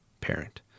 parent